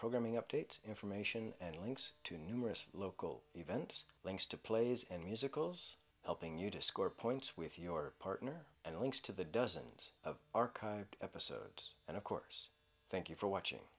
programming update information and links to numerous local events links to plays and musicals helping you to score points with your partner and links to the dozens of our kind of associates and of course thank you for watching